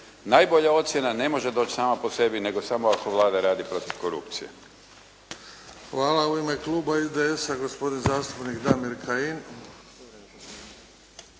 Najbolja ocjena ne može doći sama po sebi nego samo ako Vlada radi protiv korupcije. **Bebić, Luka (HDZ)** Hvala. U ime kluba IDS-a gospodin zastupnik Damir Kajin.